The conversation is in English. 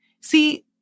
See